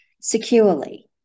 securely